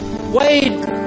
Wade